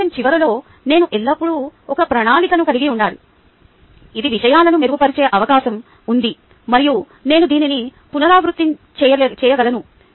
reflection చివరలో నేను ఎల్లప్పుడూ ఒక ప్రణాళికను కలిగి ఉండాలి ఇది విషయాలను మెరుగుపరిచే అవకాశం ఉంది మరియు నేను దీనిని పునరావృతం చేయగలను